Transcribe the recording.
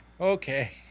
Okay